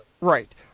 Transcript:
Right